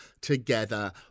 together